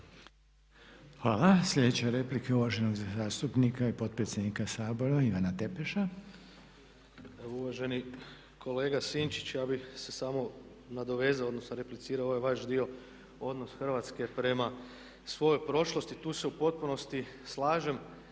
Hvala. Sljedeća replika je uvaženog zastupnika i potpredsjednika Sabora Ivana Tepeša. **Tepeš, Ivan (HSP AS)** Uvaženi kolega Sinčić, ja bih se samo nadovezao, odnosno replicirao ovaj vaš dio odnos Hrvatske prema svojoj prošlosti. Tu se u potpunosti slažem,